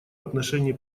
отношении